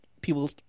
people